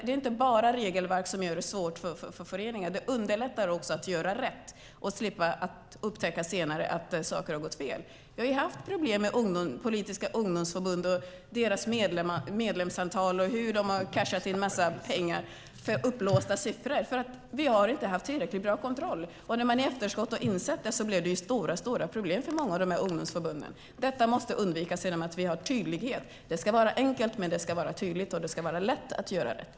Det är inte bara regelverk som gör det svårt för föreningar. Det underlättar att göra rätt och slippa upptäcka senare att saker har gått fel. Vi har haft problem med politiska ungdomsförbund som har cashat in en massa pengar för uppblåsta siffror över medlemsantal på grund av att vi inte har haft tillräckligt bra kontroll. När man i efterskott har insett det har det blivit stora problem för många av ungdomsförbunden. Detta måste undvikas genom att vi har tydlighet. Det ska vara enkelt, men det ska vara tydligt och lätt att göra rätt.